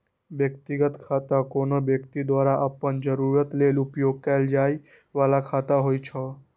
व्यक्तिगत खाता कोनो व्यक्ति द्वारा अपन जरूरत लेल उपयोग कैल जाइ बला खाता होइ छै